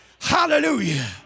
hallelujah